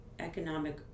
economic